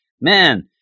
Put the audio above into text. man